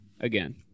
again